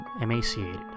emaciated